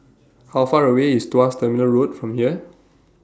How Far away IS Tuas Terminal Road from here